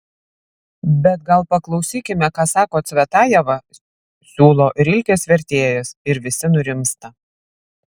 bet gal paklausykime ką sako cvetajeva siūlo rilkės vertėjas ir visi nurimsta